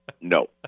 No